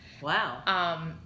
Wow